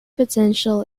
potential